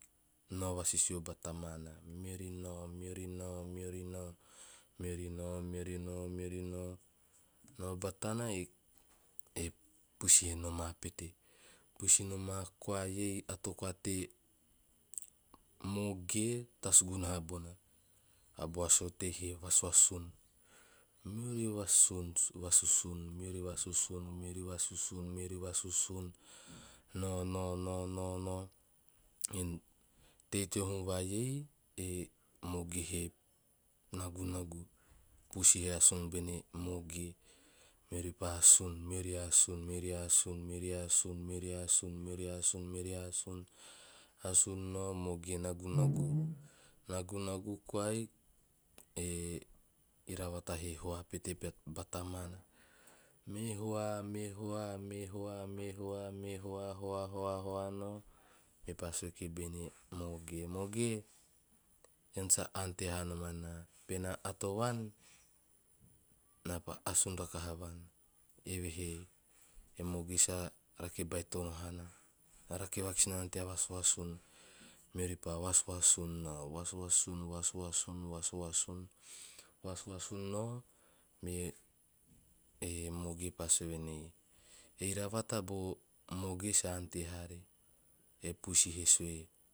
Nao vasisio bata maana. Meori nao- nao batana, e puisi he nomaa pete. Puisi nomaa koa iei, ato koa te moge, tasu gunaha bona, a bua si atei he vasuasun. Meori vasuasun- vasuasun nao- nao. Tei teo hum vai ei e moge he nagunagu, puisi he asun bene maoge, meori pa asun, meori asun- asun nao, mage nagunagu koai, e iravata hee hoa pete bata moana, me hoa, me hoa ma, mee hoa- hoa nao- nao, mepa sue kibene mage, "moge, ean sa ante haa nom anaa. Benaa ato vuan, naa pa sun rakaha vuan." Eve he e moge sa rake baitono haana, na, rake vakis nana tea vasuasun. Meori pa vasuasun nao, vasuasun- vasuasun nao, me e moge pa sue voen ei, "e iravata bo mage sa ante haari." E puisi he sue